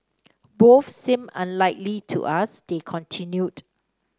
both seem unlikely to us they continued